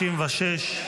136),